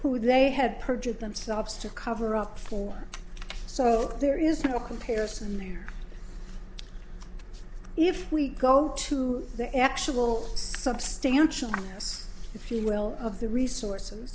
they had perjured themselves to cover up for so there is no comparison there if we go to the actual substantial us if you will of the resources